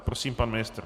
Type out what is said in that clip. Prosím, pan ministr.